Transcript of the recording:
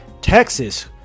Texas